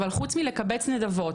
אבל חוץ מלקבץ נדבות,